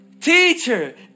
Teacher